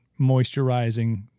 moisturizing